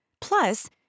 Plus